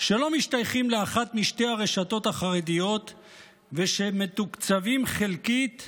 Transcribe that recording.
שלא משתייכים לאחת משתי הרשתות החרדיות ושמתוקצבים חלקית